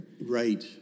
Right